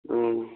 ꯎꯝ